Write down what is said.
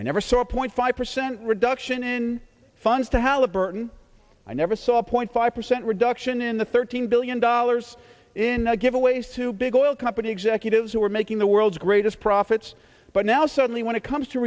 i never saw a point five percent reduction in funds to help burton i never saw a point five percent reduction in the thirteen billion dollars in giveaways to big oil come the executives who are making the world's greatest profits but now suddenly when it comes to